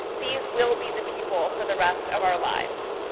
these will be the people for the rest of our lives.